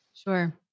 Sure